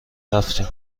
رفتیم